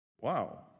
Wow